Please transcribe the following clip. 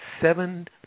seven